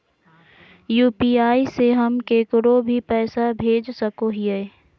UPI से हम केकरो भी पैसा भेज सको हियै?